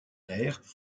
aires